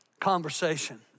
conversation